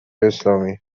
اسلامی